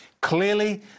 Clearly